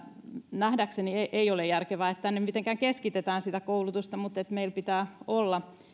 nähdäkseni ei ei ole järkevää että tänne mitenkään keskitetään sitä koulutusta mutta meillä pitää olla